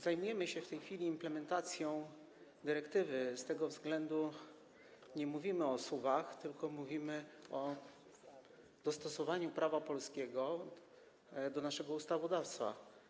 Zajmujemy się w tej chwili implementacją dyrektywy, z tego względu nie mówimy o SUV-ach, tylko mówimy o dostosowaniu prawa polskiego do tego ustawodawstwa.